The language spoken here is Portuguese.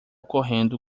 correndo